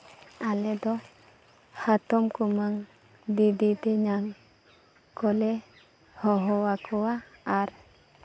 ᱟᱞᱮ ᱫᱚ ᱦᱟᱛᱚᱢ ᱠᱩᱢᱟᱹᱝ ᱫᱤᱫᱤᱼᱛᱮᱧᱟᱝ ᱠᱚᱞᱮ ᱦᱚᱦᱚ ᱟᱠᱚᱣᱟ ᱟᱨ